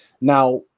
now